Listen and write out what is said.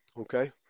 okay